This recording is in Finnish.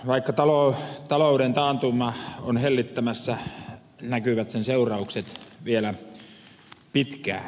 vaikka talouden taantuma on hellittämässä näkyvät sen seuraukset vielä hyvin pitkään